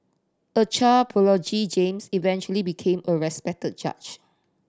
a child prodigy James eventually became a respected judge